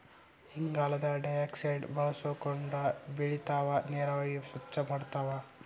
ಇಂಗಾಲದ ಡೈಆಕ್ಸೈಡ್ ಬಳಸಕೊಂಡ ಬೆಳಿತಾವ ನೇರನ್ನ ಸ್ವಚ್ಛ ಇಡತಾವ